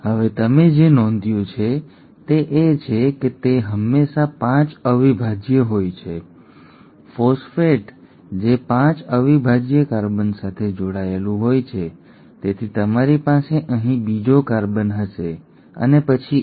હવે તમે જે નોંધ્યું છે તે એ છે કે તે હંમેશાં ૫ અવિભાજ્ય હોય છે ફોસ્ફેટ જે ૫ અવિભાજ્ય કાર્બન સાથે જોડાયેલું હોય છે તેથી તમારી પાસે અહીં બીજો કાર્બન હશે અને પછી આ